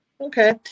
Okay